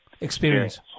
experience